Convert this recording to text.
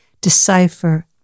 decipher